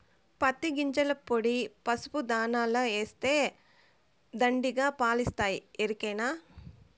పత్తి గింజల పొడి పసుపు దాణాల ఏస్తే దండిగా పాలిస్తాయి ఎరికనా